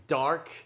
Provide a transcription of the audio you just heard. dark